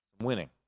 winning